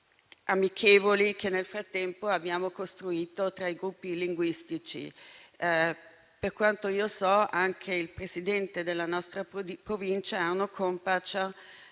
amichevoli che nel frattempo abbiamo costruito tra i gruppi linguistici. Per quanto ne sappia, anche il presidente della nostra Provincia, Arno Kompatscher,